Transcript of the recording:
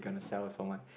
gonna sell to someone